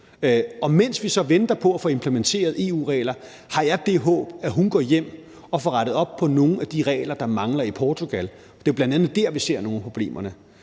Og mens vi så venter på at få implementeret EU-regler, har jeg det håb, at hun går hjem og får rettet op på nogle af de regler, der mangler i Portugal. Det er jo bl.a. der, vi ser nogle af problemerne.